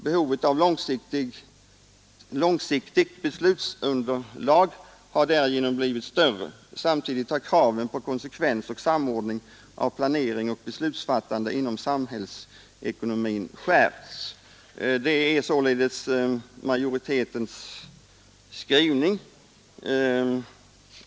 Behovet av långsiktigt beslutsunderlag har därigenom blivit större. Samtidigt har kraven på konsekvens och samordning av planering och beslutsfattande inom samhällsekonomin skärpts.” Det är således majoritetens skrivning.